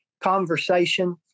conversation